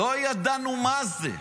לא ידענו מה זה.